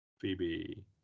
Phoebe